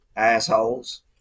assholes